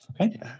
Okay